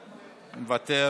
מוותר.